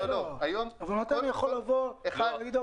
אבל מתי אני יכול לבוא ולהגיד,